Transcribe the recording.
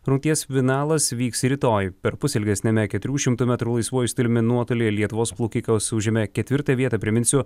rungties finalas vyks rytoj perpus ilgesniame keturių šimtų metrų laisvuoju stiliumi nuotolyje lietuvos plaukikas užėmė ketvirtąją vietą priminsiu